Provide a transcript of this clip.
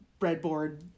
breadboard